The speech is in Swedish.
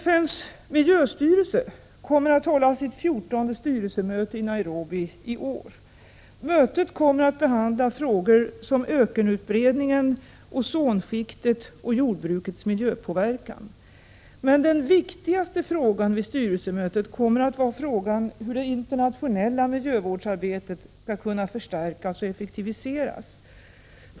FN:s miljöstyrelse kommer att hålla sitt 14:e styrelsemöte i Nairobi i år. Mötet kommer att behandla frågor som ökenutbredningen, ozonskiktet och jordbrukets miljöpåverkan. Men den viktigaste frågan vid styrelsemötet kommer att vara frågan hur det internationella miljövårdsarbetet skall kunna förstärkas och effektiviseras.